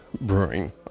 Brewing